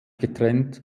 getrennt